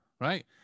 right